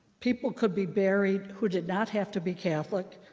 people could be buried who did not have to be catholic.